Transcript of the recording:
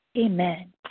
Amen